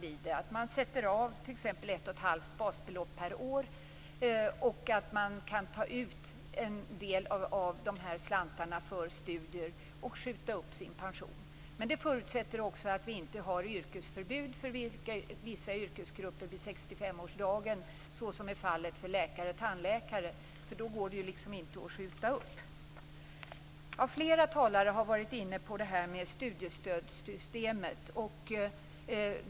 Man sätter av t.ex. ett och ett halvt basbelopp per år. Man kan ta ut en del av de här slantarna för studier och skjuta upp sin pension men det förutsätter att vi inte har yrkesförbud för vissa yrkesgrupper vid 65 årsdagen, som är fallet för läkare och tandläkare. Då går det liksom inte att skjuta upp. Flera talare har varit inne på frågan om studiestödssystemet.